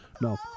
No